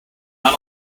not